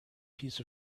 piece